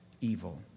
evil